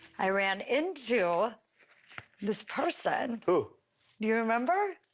i ran into this person. who? do you remember?